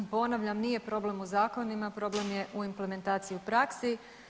Ponavljam, nije problem u zakonima, problem je u implementaciji i u praksi.